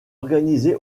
organisé